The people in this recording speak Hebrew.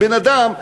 בן-אדם,